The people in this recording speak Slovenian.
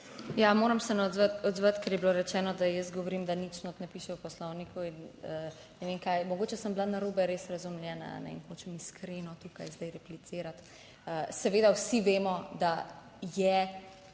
Ja, moram se odzvati, ker je bilo rečeno, da jaz govorim, da nič notri piše v Poslovniku in ne vem kaj. Mogoče sem bila narobe res razumljena in hočem iskreno tukaj zdaj replicirati. Seveda vsi vemo, da je tretji